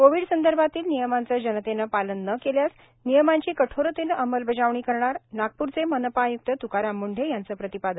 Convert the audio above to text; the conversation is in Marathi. कोविडसंदर्भातील नियमांच जनतेने पालन न न केल्यास नियमांची कठोरतेने अंमलबजावणी करणार नागप्रचे मनपा आयुक्त तुकाराम मुंढे यांच प्रतिपादन